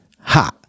ha